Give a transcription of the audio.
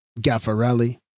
Gaffarelli